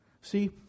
See